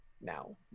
now